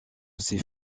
c’est